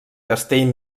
castell